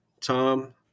Tom